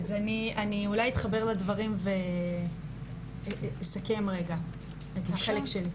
אני אולי אתחבר לדברים ואסכם רגע את החלק שלי.